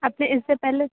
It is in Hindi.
आपने इससे पहले